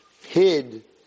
hid